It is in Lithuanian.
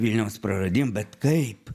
vilniaus praradim bet kaip